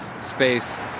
space